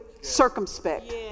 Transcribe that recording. circumspect